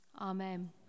Amen